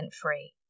free